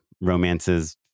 romances